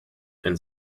and